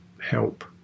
help